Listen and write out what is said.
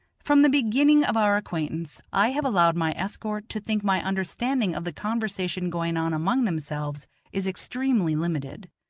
from the beginning of our acquaintance i have allowed my escort to think my understanding of the conversation going on among themselves is extremely limited.